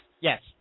Yes